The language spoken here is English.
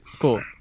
cool